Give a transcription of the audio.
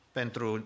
pentru